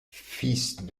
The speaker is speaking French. fils